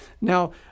Now